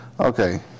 Okay